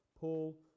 Paul